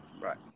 Right